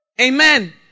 Amen